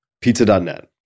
Pizza.net